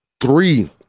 three